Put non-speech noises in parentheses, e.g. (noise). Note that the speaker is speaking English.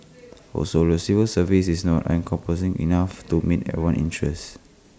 (noise) also the civil service is not encompassing enough to meet everyone interest